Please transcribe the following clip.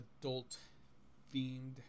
adult-themed